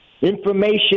information